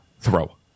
throw